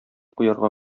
куярга